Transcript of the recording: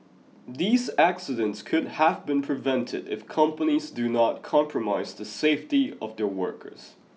these accidents could have been prevented if companies do not compromise the safety of their workers